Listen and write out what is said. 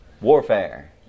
warfare